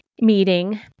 meeting